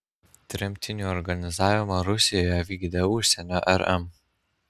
tremtinių organizavimą rusijoje vykdė užsienio rm